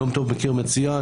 יום טוב מכיר מצוין,